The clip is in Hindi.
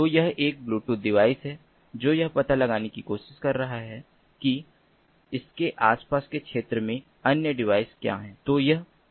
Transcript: तो यह एक ब्लूटूथ डिवाइस है जो यह पता लगाने की कोशिश कर रहा है कि इसके आसपास के क्षेत्र में अन्य डिवाइस क्या हैं